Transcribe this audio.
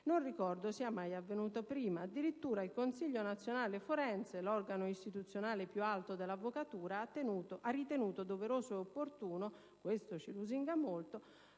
non ricordo sia mai avvenuto prima. Addirittura il Consiglio nazionale forense, l'organo istituzionale più alto dell'avvocatura, ha ritenuto doveroso e opportuno - questo ci lusinga molto